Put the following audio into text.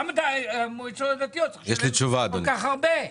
למה המועצות הדתיות כל כך הרבה?